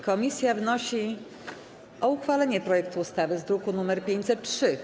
Komisja wnosi o uchwalenie projektu ustawy z druku nr 503.